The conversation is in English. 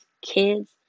kids